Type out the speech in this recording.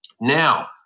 Now